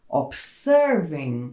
observing